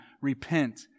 repent